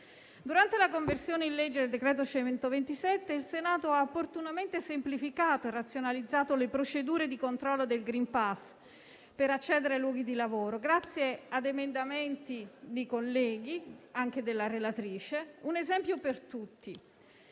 Durante la conversione in legge del decreto-legge n. 127, il Senato ha opportunamente semplificato e razionalizzato le procedure di controllo del *green* *pass* per accedere ai luoghi di lavoro grazie ad emendamenti di colleghi, anche della relatrice. Un esempio per tutti: